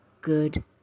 good